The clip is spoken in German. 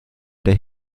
der